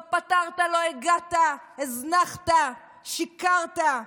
לא פתרת, לא הגעת, הזנחת, שיקרת.